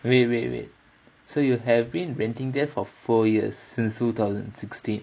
wait wait wait so you have been renting there for four years since two thousand sixteen